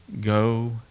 go